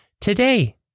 today